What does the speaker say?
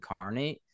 incarnate